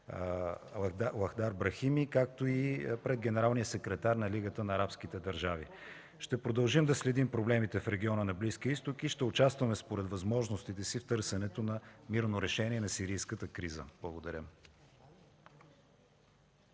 Лахдар Брахим, както и пред генералния секретар на Лигата на арабските държави. Ще продължим да следим проблемите в региона на Близкия Изток и ще участваме според възможностите си в търсенето на мирно решение на сирийската криза. Благодаря.